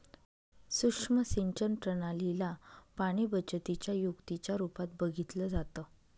सुक्ष्म सिंचन प्रणाली ला पाणीबचतीच्या युक्तीच्या रूपात बघितलं जातं